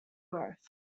growth